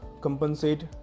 compensate